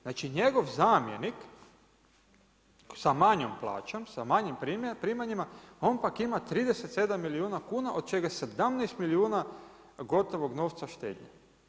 Znači njegov zamjenik sa manjom plaćom, sa manjim primanjima on pak ima 37 milijuna kuna od čega 17 milijuna gotovog novca štednje.